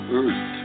earth